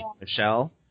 Michelle